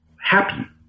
happy